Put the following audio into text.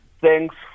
thanks